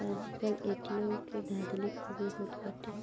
आजकल ए.टी.एम के धाधली खूबे होत बाटे